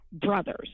brothers